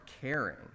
caring